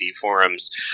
forums